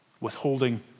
withholding